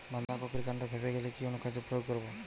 বাঁধা কপির কান্ড ফেঁপে গেলে কি অনুখাদ্য প্রয়োগ করব?